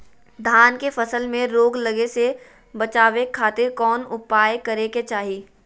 धान के फसल में रोग लगे से बचावे खातिर कौन उपाय करे के चाही?